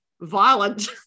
violent